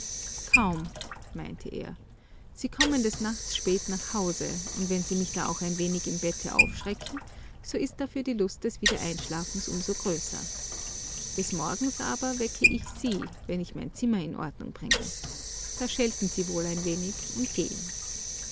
kaum meinte er sie kommen des nachts spät nach hause und wenn sie mich da auch ein wenig im bette aufschrecken so ist dafür die lust des wiedereinschlafens um so größer des morgens aber wecke ich sie wenn ich mein zimmer in ordnung bringe da schelten sie wohl ein wenig und gehen